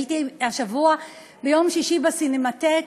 הייתי השבוע ביום שישי בסינמטק,